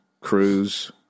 cruise